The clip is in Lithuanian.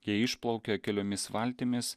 jie išplaukia keliomis valtimis